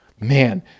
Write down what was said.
Man